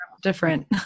different